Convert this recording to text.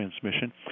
transmission